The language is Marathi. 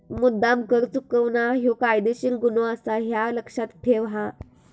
मुद्द्दाम कर चुकवणा ह्यो कायदेशीर गुन्हो आसा, ह्या लक्ष्यात ठेव हां